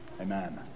Amen